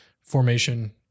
formation